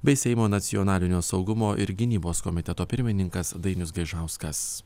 bei seimo nacionalinio saugumo ir gynybos komiteto pirmininkas dainius gaižauskas